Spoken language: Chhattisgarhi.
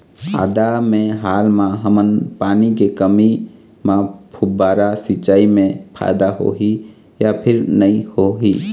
आदा मे हाल मा हमन पानी के कमी म फुब्बारा सिचाई मे फायदा होही या फिर नई होही?